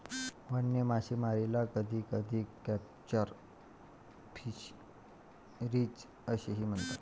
वन्य मासेमारीला कधीकधी कॅप्चर फिशरीज असेही म्हणतात